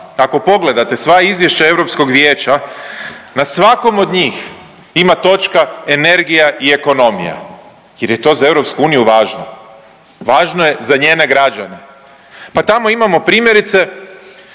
Ako pogledate sva izvješća EV-a, na svakom od njih ima točka energija i ekonomija jer je to za EU važno, važno je za njene građane, pa tamo imamo primjerice